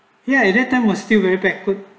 ya at that time was still very backward